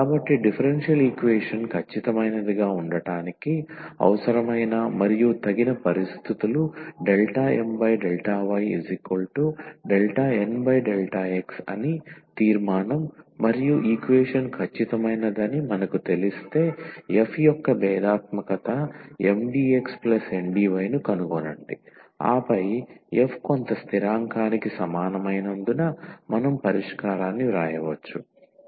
కాబట్టి differential equation ఖచ్చితమైనదిగా ఉండటానికి అవసరమైన మరియు తగిన పరిస్థితులు ∂M∂y∂N∂x అని తీర్మానం మరియు ఈక్వేషన్ ఖచ్చితమైనదని మనకు తెలిస్తే f యొక్క భేదాత్మకత MdxNdy ను కనుగొనండి ఆపై f కొంత స్థిరాంకానికి సమానమైనందున మనం పరిష్కారాన్ని వ్రాయవచ్చు